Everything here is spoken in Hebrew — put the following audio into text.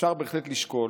אפשר בהחלט לשקול